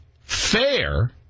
FAIR